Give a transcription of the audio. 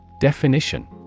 Definition